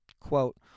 Quote